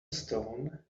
stone